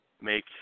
make –